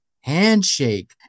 handshake